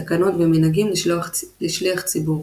תקנות ומנהגים לשליח ציבור